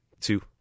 two